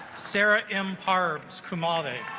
sara m parks kamali